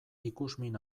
ikusmin